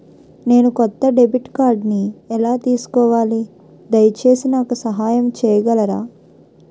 నేను కొత్త డెబిట్ కార్డ్ని ఎలా తీసుకోవాలి, దయచేసి నాకు సహాయం చేయగలరా?